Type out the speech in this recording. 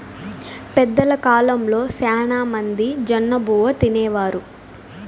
పెద్దల కాలంలో శ్యానా మంది జొన్నబువ్వ తినేవారు